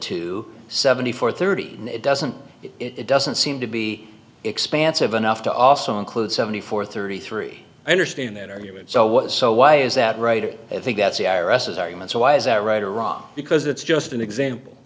to seventy four thirty and it doesn't it doesn't seem to be expansive enough to also include seventy four thirty three i understand that argument so what so why is that right or i think that c r s is arguments why is that right or wrong because it's just an example